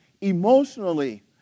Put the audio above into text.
emotionally